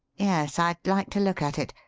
yes, i'd like to look at it.